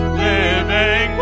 living